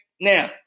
Now